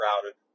crowded